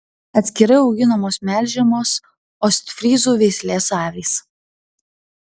atskirai auginamos melžiamos ostfryzų veislės avys